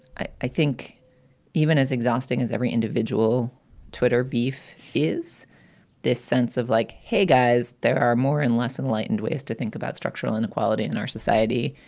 i i think even as exhausting as every individual twitter beef beef is this sense of like, hey, guys, there are more and less enlightened ways to think about structural inequality in our society.